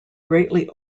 greatly